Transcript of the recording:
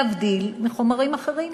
להבדיל מחומרים אחרים